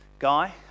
guy